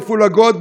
מפולגות,